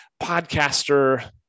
podcaster